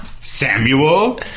Samuel